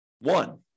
one